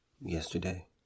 yesterday